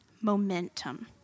momentum